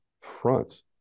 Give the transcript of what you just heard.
front